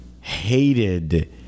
hated